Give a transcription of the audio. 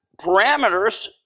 parameters